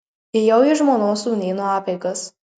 ėjau į žmonos sūnėno apeigas